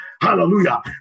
Hallelujah